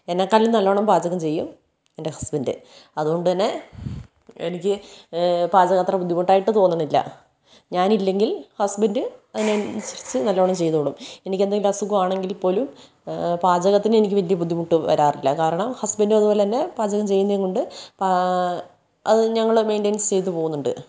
എന്നെക്കാളും നല്ലോണം പാചകം ചെയ്യും എൻ്റെ ഹസ്ബൻ്റ് അതുകൊണ്ടുതന്നെ എനിക്ക് പാചകം അത്ര ബുദ്ധിമുട്ട് ആയിട്ട് തോന്നണില്ല ഞാനില്ലെങ്കിൽ ഹസ്ബൻ്റ് അതിനു അനുസരിച്ച് നല്ലോണം ചെയ്തുകൊള്ളും എനിക്ക് എന്തെങ്കിലും അസുഖം ആണെങ്കിൽപോലും പാചകത്തിന് എനിക്ക് വലിയ ബുദ്ധിമുട്ട് വരാറില്ല കാരണം ഹസ്ബൻ്റ് അതുപോലെ തന്നെ പാചകം ചെയ്യുന്നതുകൊണ്ട് അത് ഞങ്ങൾ മെയിൻ്റെയിൻസ് ചെയ്ത് പോകുന്നുണ്ട്